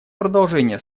продолжение